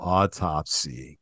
Autopsy